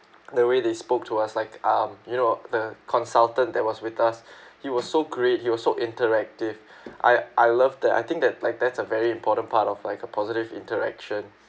the way they spoke to us like um you know the consultant that was with us he was so great he was so interactive I I love that I think that like that's a very important part of like a positive interaction